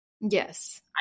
Yes